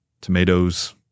tomatoes